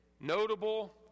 notable